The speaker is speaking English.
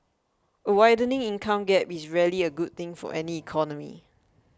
a widening income gap is rarely a good thing for any economy